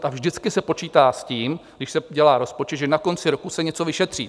A vždycky se počítá s tím, když se dělá rozpočet, že na konci roku se něco vyšetří.